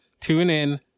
TuneIn